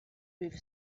with